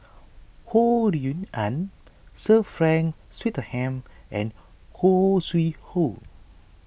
Ho Rui An Sir Frank Swettenham and Khoo Sui Hoe